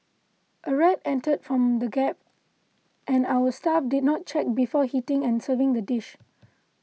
a rat entered from the gap and our staff did not check before heating and serving the dish